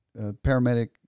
paramedic